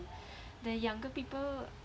the younger people